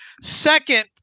Second